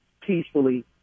peacefully